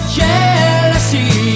jealousy